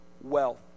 wealth